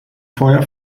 feuer